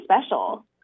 special